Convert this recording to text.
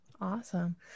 Awesome